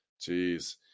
Jeez